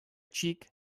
cheek